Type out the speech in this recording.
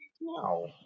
no